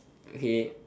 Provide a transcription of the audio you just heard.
okay